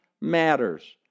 matters